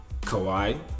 Kawhi